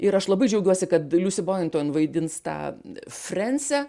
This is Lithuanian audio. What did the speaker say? ir aš labai džiaugiuosi kad liusi boninton vaidins tą frensę